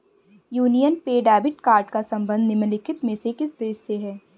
Union पे debit card का संबंध निम्नलिखित में से किस देश से है?